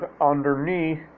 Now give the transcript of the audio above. underneath